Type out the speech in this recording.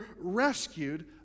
rescued